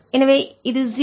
05 20014 ms எனவே இது 0